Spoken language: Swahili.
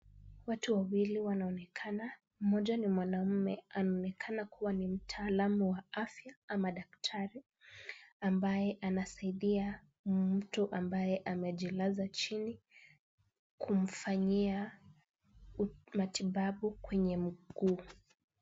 Watu wawili wanaonekana, mmoja ni mwanamme, anaonekana kuwa ni mtaalamu wa afya ama daktari, ambaye anasaidia mtu ambaye amejilaza chini, kumfanyia matibabu kwenye mguu.